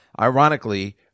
ironically